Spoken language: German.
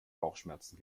bauchschmerzen